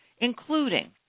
including